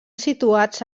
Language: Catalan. situats